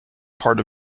part